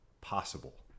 possible